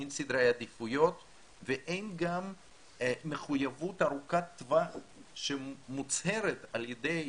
אין סדרי עדיפויות ואין מחויבות ארוכת טווח שמוצהרת על ידי